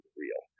real